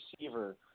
receiver